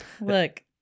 look